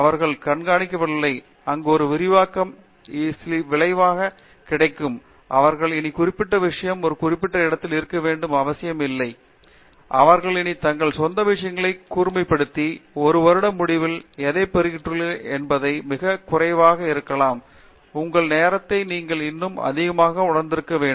அவர்கள் கண்காணிக்கவில்லை அங்கு ஒரு சில விரிவாக்கம் சில வகையான கிடைக்கும் அவர்கள் இனி குறிப்பிட்ட விஷயம் ஒரு குறிப்பிட்ட இடத்தில் இருக்க வேண்டிய அவசியம் இல்லை அவர்கள் இனி தங்கள் சொந்த விஷயங்களை கூர்மைப்படுத்தி 1 வருட முடிவில் எதைப் பெற்றுள்ளீர்கள் என்பதைவிட மிகக் குறைவானதாக இருக்கலாம் உங்கள் நேரத்தை நீங்கள் இன்னும் அதிகமாக உணர்ந்திருந்தால் என்னவாகும்